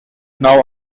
now